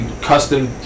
custom